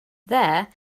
there